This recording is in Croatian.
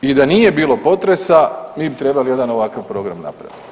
I da nije bilo potresa mi bi trebali jedan ovakav program napraviti.